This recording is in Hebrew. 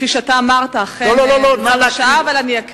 כפי שאמרת, אכן היא מציקה, אבל אני אקרא.